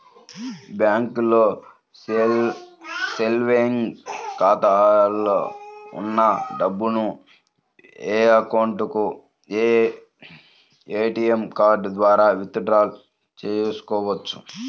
బ్యాంకులో సేవెంగ్స్ ఖాతాలో ఉన్న డబ్బును ఏటీఎం కార్డు ద్వారా విత్ డ్రా చేసుకోవచ్చు